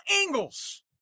angles